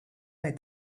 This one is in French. est